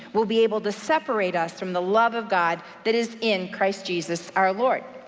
will be able to separate us from the love of god that is in christ jesus our lord.